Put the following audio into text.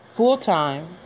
Full-time